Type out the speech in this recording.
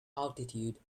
altitude